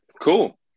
Cool